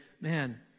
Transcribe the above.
man